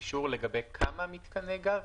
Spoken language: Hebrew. האם זה אישור לגבי כמה מיתקני גז?